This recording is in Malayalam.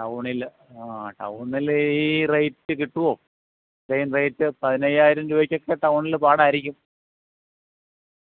ടൌണിൽ ആഹ് ടൌണിലീ റേറ്റ് കിട്ടുമോ ഇത്രയും റേറ്റ് പതിനയ്യായിരം രൂപയ്ക്കൊക്കെ ടൌണിൽ പാടായിരിക്കും